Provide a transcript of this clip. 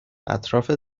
اطراف